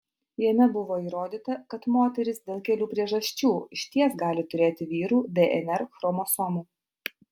jame buvo įrodyta kad moterys dėl kelių priežasčių išties gali turėti vyrų dnr chromosomų